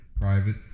private